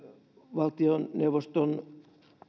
valtioneuvoston